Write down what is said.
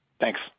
Thanks